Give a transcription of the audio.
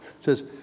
says